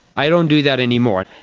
i don't do that anymore.